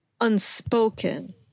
unspoken